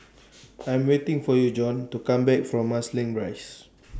I Am waiting For YOU Jon to Come Back from Marsiling Rise